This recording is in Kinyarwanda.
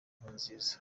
nkurunziza